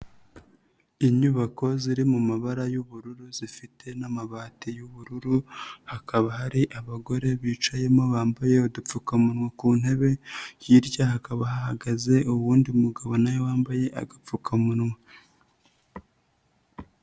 Inyubako ziri mu mabara y'ubururu zifite n'amabati y'ubururu, hakaba hari abagore bicayemo bambaye udupfukamunwa ku ntebe, hirya hakaba hahagaze uwundi mugabo na we wambaye agapfukamunwa.